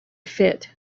fit